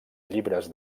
llibres